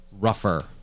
rougher